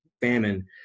famine